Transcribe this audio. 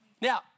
Now